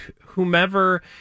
whomever